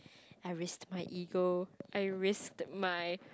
I risk my ego I risk my